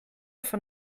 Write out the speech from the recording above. von